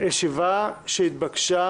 ישיבה שהתבקשה